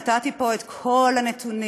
נתתי פה את כל הנתונים,